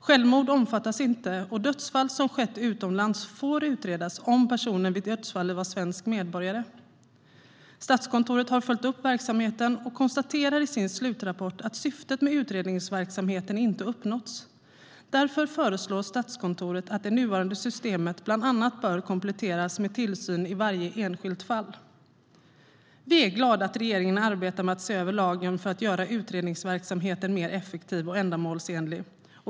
Självmord omfattas inte, och dödsfall som skett utomlands får utredas om personen var svensk medborgare vid dödsfallet. Statskontoret har följt upp verksamheten och konstaterar i sin slutrapport att syftet med utredningsverksamheten inte har uppnåtts. Därför föreslår Statskontoret att det nuvarande systemet bör kompletteras med bland annat tillsyn i varje enskilt fall. Vi är glada att regeringen arbetar med att se över lagen för att göra utredningsverksamheten mer effektiv och ändamålsenlig.